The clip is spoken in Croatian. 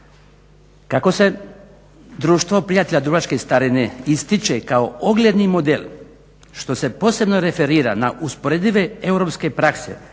"Kako se Društvo prijatelja dubrovačke starine ističe kao ogledni model što se posebno referira na usporedive europske prakse